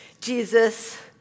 Jesus